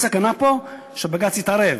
יש פה סכנה שבג"ץ יתערב.